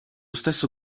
stesso